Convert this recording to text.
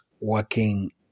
working